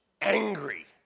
Angry